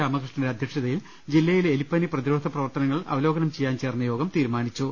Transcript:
രാമകൃഷ്ണന്റെ അധ്യക്ഷതയിൽ ജില്ലയിലെ എലിപ്പനി പ്രതിരോധ പ്രവർത്തന ങ്ങൾ അവലോകനം ചെയ്യാൻ ചേർന്ന യോഗം തീരുമാനിച്ചു